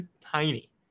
tiny